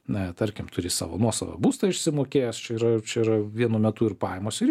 na tarkim turi savo nuosavą būstą išsimokėjęs čia yra čia yra vienu metu ir pajamos ir